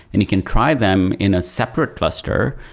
and you can try them in a separate cluster,